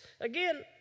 Again